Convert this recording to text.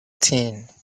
thing